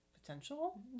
potential